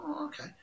okay